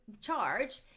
charge